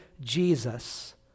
Jesus